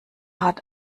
hat